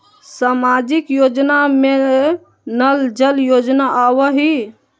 सामाजिक योजना में नल जल योजना आवहई?